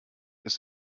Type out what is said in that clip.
ist